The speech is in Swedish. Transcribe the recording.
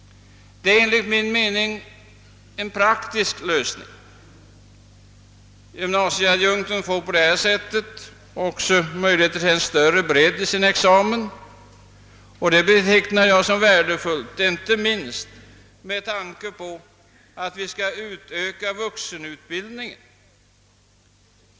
Det är enligt min mening en praktisk lösning. Gymnasieadjunkten får på detta sätt också möjligheter till större bredd i sin examen, vilket jag beteck nar som värdefullt, inte minst med tanke på att vi skall utöka vuxenutbildningen.